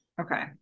Okay